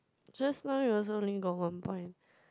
just now you also got one point